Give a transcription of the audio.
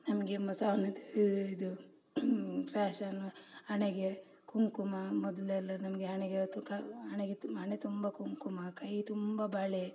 ನಮಗೆ ಇದು ಫ್ಯಾಷನ್ನು ಹಣೆಗೆ ಕುಂಕುಮ ಮೊದಲೆಲ್ಲ ನಮಗೆ ಹಣೆಗೆ ತುಕಾ ಹಣೆಗೆ ತುಂಬ ಹಣೆ ತುಂಬ ಕುಂಕುಮ ಕೈ ತುಂಬ ಬಳೆ